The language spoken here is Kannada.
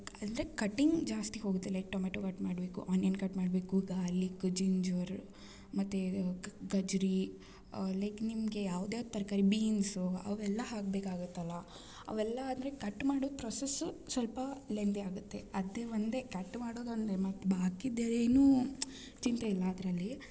ಅಂದರೆ ಕಟ್ಟಿಂಗ್ ಜಾಸ್ತಿ ಹೋಗುತ್ತೆ ಲೈಕ್ ಟೊಮೆಟೊ ಕಟ್ ಮಾಡ್ಬೇಕು ಆನಿಯನ್ ಕಟ್ ಮಾಡ್ಬೇಕು ಗಾರ್ಲಿಕ್ ಜಿಂಜರ್ ಮತ್ತು ಗೆಜ್ರೀ ಲೈಕ್ ನಿಮಗೆ ಯಾವ್ದುಯಾವ್ದ್ ತರಕಾರಿ ಬೀನ್ಸು ಅವೆಲ್ಲ ಹಾಕ್ಬೇಕಾಗುತ್ತಲ್ಲ ಅವೆಲ್ಲ ಅಂದರೆ ಕಟ್ ಮಾಡೊ ಪ್ರೊಸೆಸ್ ಸ್ವಲ್ಪ ಲೆಂದಿ ಆಗುತ್ತೆ ಅದೆ ಒಂದೇ ಕಟ್ ಮಾಡೋದೊಂದೇ ಮತ್ತು ಬಾಕಿದು ಏನೂ ಚಿಂತೆಯಿಲ್ಲ ಅದ್ರಲ್ಲೀ